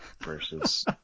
versus